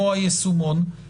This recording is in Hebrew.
צוהריים טובים,